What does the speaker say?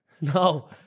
No